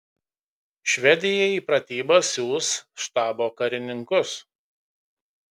švedija į pratybas siųs štabo karininkus